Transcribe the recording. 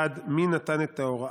1. מי נתן את ההוראה?